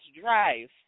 drive